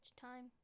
time